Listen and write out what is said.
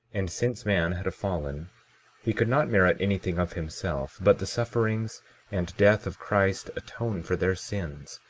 and since man had fallen he could not merit anything of himself but the sufferings and death of christ atone for their sins,